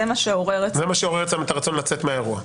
זה מה שעורר אצלם את הרצון לצאת מהאירוע.